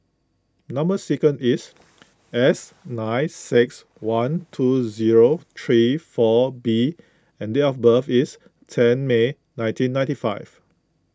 Number Sequence is S nine six one two zero three four B and date of birth is ten May nineteen ninety five